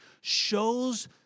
shows